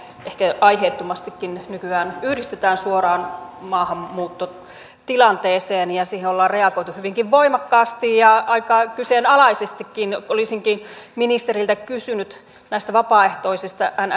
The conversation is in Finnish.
ehkä aiheettomastikin nykyään yhdistetään suoraan maahanmuuttotilanteeseen ja siihen ollaan reagoitu hyvinkin voimakkaasti ja aika kyseenalaisestikin olisinkin ministeriltä kysynyt näistä vapaaehtoisista